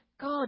God